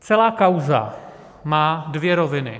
Celá kauza má dvě roviny.